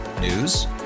News